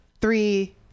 three